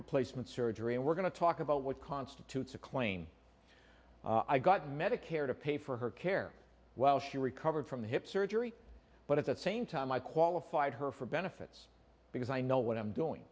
replacement surgery and we're going to talk about what constitutes a clane i got medicare to pay for her care while she recovered from hip surgery but at the same time i qualified her for benefits because i know what i'm doing